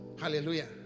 Hallelujah